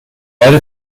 erde